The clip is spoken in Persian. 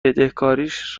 بدهکاریش